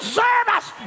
service